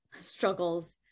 struggles